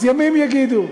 אז ימים יגידו.